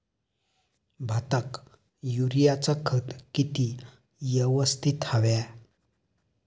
भाताक युरियाचा खत किती यवस्तित हव्या?